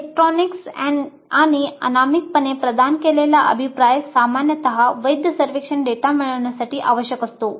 electronic आणि अनामिकपणे प्रदान केलेला अभिप्राय सामान्यत वैध सर्वेक्षण डेटा मिळविण्यासाठी आवश्यक असतो